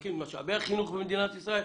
מחלקים את משאבי החינוך במדינת ישראל?